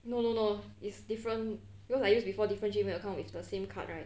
no no no it's different because I use before different gmail account with the same card right